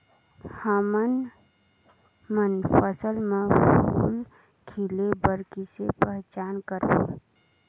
हमन मन फसल म फूल खिले बर किसे पहचान करबो?